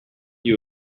you